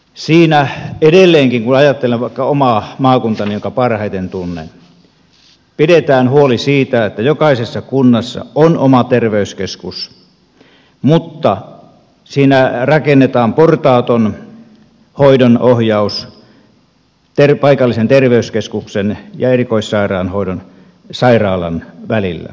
siinä edelleenkin kun ajattelen vaikka omaa maakuntaani jonka parhaiten tunnen pidetään huoli siitä että jokaisessa kunnassa on oma terveyskeskus mutta siinä rakennetaan portaaton hoidonohjaus paikallisen terveyskeskuksen ja erikoissairaanhoidon sairaalan välillä